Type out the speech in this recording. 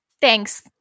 thanks